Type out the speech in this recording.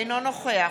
אינו נוכח